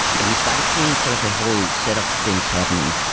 and we started seeing sort of a whole set of things happening.